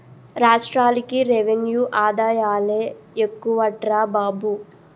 రాష్ట్రాలకి రెవెన్యూ ఆదాయాలే ఎక్కువట్రా బాబు